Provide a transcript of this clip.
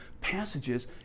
passages